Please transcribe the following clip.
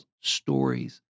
stories